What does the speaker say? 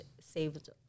saved